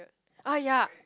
ah ya